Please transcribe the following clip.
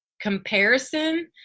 comparison